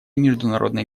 международной